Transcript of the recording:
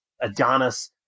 Adonis